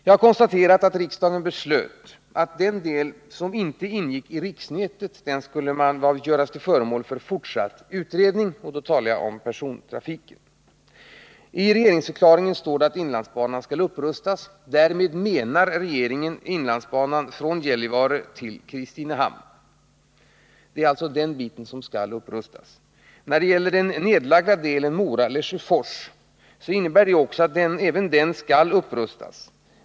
Jag har konstaterat att riksdagen beslöt att den del som inte ingick i riksnätet skulle göras till föremål för fortsatt utredning, och då talar jag om persontrafiken. I regeringsförklaringen står det att inlandsbanan skall upprustas. Därmed menar regeringen inlandsbanan från Gällivare till Kristinehamn. Även den nedlagda delen Mora-Lesjöfors skall upprustas.